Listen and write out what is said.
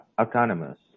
autonomous